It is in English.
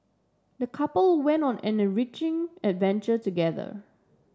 the couple went on an enriching adventure together